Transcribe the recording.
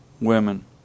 women